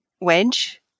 Wedge